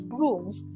rooms